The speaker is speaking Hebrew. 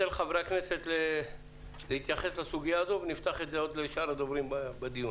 ניתן לחברי הכנסת להתייחס לסוגיה הזאת ונפתח אחר כך לשאר הדוברים בדיון.